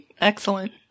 Excellent